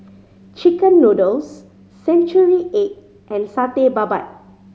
chicken noodles century egg and Satay Babat